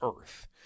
earth